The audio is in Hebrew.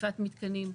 תקיפת מתקנים.